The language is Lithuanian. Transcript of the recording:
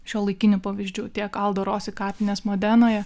šiuolaikinių pavyzdžių tiek aldorosi kapinės modenoje